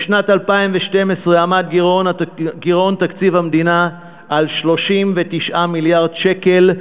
בשנת 2012 עמד גירעון תקציב המדינה על 39 מיליארד שקל,